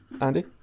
Andy